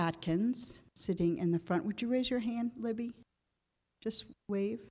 atkins sitting in the front would you raise your hand libby just wave